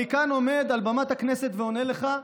אני כאן עומד על במת הכנסת ועונה לך,